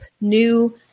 new